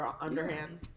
underhand